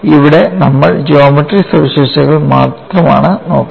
ഇവിടെ നമ്മൾ ജോമട്രി സവിശേഷതകൾ മാത്രമാണ് നോക്കുന്നത്